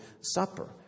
Supper